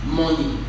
money